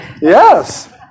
Yes